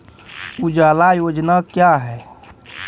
उजाला योजना क्या हैं?